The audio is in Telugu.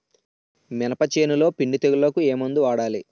మినప చేనులో పిండి తెగులుకు ఏమందు వాడాలి?